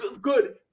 good